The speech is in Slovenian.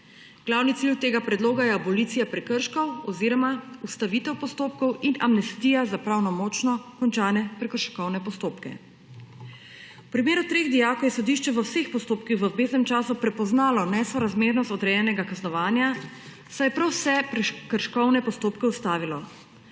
Glavni cilj tega predloga je abolicija prekrškov oziroma ustavitev postopkov in amnestija za pravnomočno končane prekrškovne postopke.V primeru treh dijakov je sodišče v vseh postopkih v obveznem času prepoznalo nesorazmernost odrejenega kaznovanja, saj je prav vse prekrškovne postopke ustavilo.